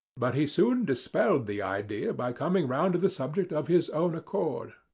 but he soon dispelled the idea by coming round to the subject of his own accord.